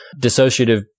dissociative